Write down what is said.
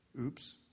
Oops